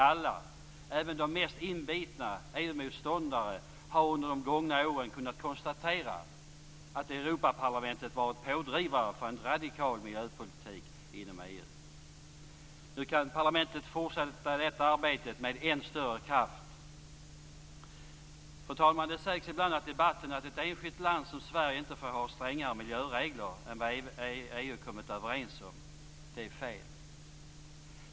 Alla, även de mest inbitna EU-motståndare, har under de gångna åren kunnat konstatera att Europaparlamentet varit pådrivare för en radikal miljöpolitik inom EU. Nu kan parlamentet fortsätta det arbetet med än större kraft. Fru talman! Det sägs ibland i debatten att ett enskilt land som Sverige inte får ha strängare miljöregler än vad EU kommit överens om. Det är fel.